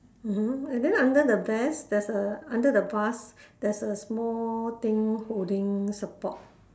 mmhmm and then under the vase there's a under the vase there's a small thing holding support